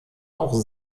auch